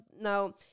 now